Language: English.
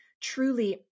Truly